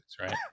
right